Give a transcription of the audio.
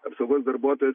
apsaugos darbuotojui